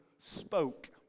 spoke